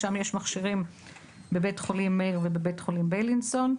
שם יש מכשירים בבית חולים מאיר ובבית חולים בילינסון.